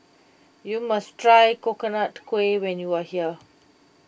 you must try Coconut Kuih when you are here